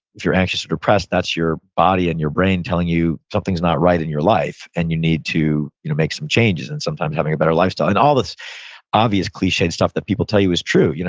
if you're anxious or depressed, that's your body and your brain telling you something's not right in your life and you need to you know make some changes, and sometimes having a better lifestyle. and all this obvious cliched stuff that people tell you is true. you know